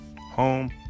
home